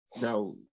now